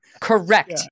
Correct